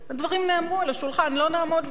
הדברים נאמרו על השולחן: לא נעמוד בזה.